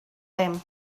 ddim